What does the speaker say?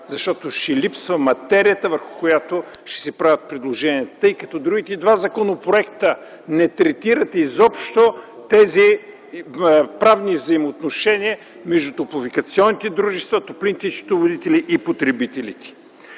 защото ще липсва материята върху която ще се правят предложенията, тъй като другите два законопроекта не третират изобщо тези правни взаимоотношения между топлофикационните дружества, топлинните счетоводители и потребителите.